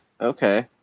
Okay